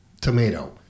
tomato